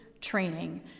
training